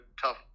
tough